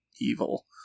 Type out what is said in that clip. evil